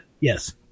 yes